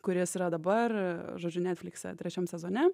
kuris yra dabar žodžiu netflikse trečiam sezone